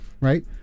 right